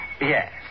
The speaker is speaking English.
Yes